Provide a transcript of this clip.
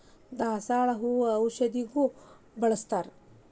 ದಾಸಾಳ ಹೂ ಔಷಧಗು ಬಳ್ಸತಾರ